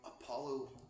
Apollo